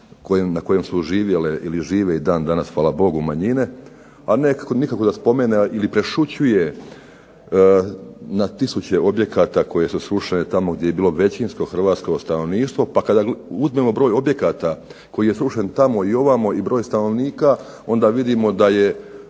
na kojima su živjele ili žive i danas nacionalne manjine, a nekako nikako da spomene ili prešućuje tisuće objekata koje su srušene tamo gdje je bilo većinsko Hrvatsko stanovništvo pa kada uzmemo broj objekata koji je srušen tamo i broj stanovnika onda vidimo da je